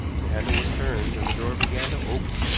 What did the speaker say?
the handle was turned, and the door began to open.